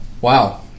Wow